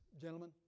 gentlemen